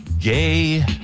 gay